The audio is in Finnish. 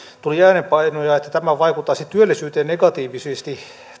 tuli äänenpainoja että tämä vaikuttaisi työllisyyteen negatiivisesti